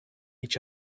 each